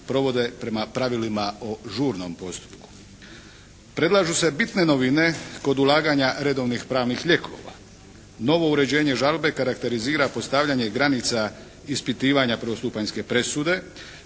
provode prema pravilima o žurnom postupku. Predlažu se bitne novine kod ulaganja redovnih pravnih lijekova. Novo uređenje žalbe karakterizira postavljanje granica ispitivanja prvostupanjske presude.